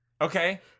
Okay